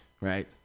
right